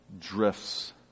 drifts